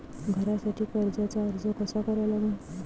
घरासाठी कर्जाचा अर्ज कसा करा लागन?